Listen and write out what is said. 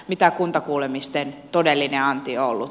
mitä kuntakuulemisten todellinen anti ollut